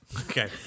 okay